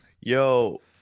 yo